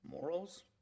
morals